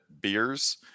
beers